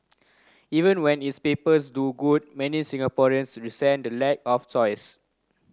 even when its papers do good many Singaporeans resent the lack of choice